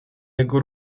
jego